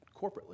corporately